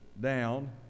down